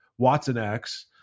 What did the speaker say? WatsonX